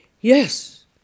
yes